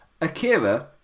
Akira